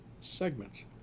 segments